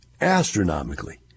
Astronomically